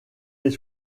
les